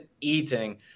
eating